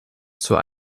zur